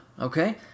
okay